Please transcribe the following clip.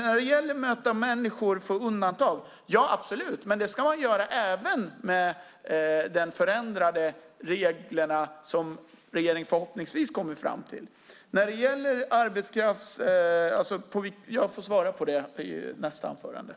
När det gäller att möta människor och ha undantag - ja, absolut, men det ska man göra även med de förändrade regler som regeringen förhoppningsvis kommer fram till. När det gäller arbetskraft får jag svara på det i nästa replik.